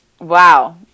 wow